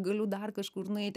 galiu dar kažkur nueiti